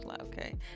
okay